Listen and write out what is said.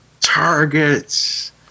targets